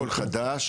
הכול חדש,